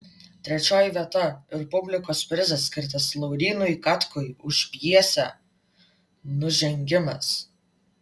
trečioji vieta ir publikos prizas skirtas laurynui katkui už pjesę nužengimas